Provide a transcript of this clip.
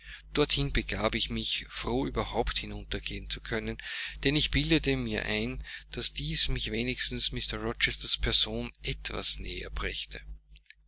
dorthin begab ich mich froh überhaupt hinuntergehen zu können denn ich bildete mir ein daß dies mich wenigstens mr rochesters person etwas näher brächte